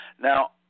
Now